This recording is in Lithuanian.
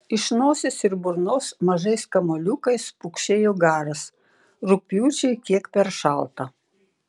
iš nosies ir burnos mažais kamuoliukais pukšėjo garas rugpjūčiui kiek per šalta